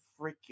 freaking